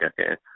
okay